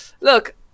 look